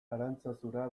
arantzazura